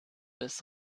des